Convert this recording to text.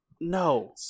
No